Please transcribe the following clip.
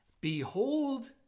Behold